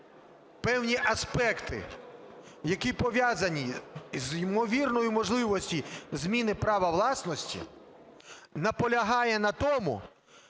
певні аспекти, які пов'язані з ймовірною можливістю зміни права власності, наполягає на тому,